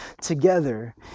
together